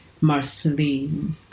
Marceline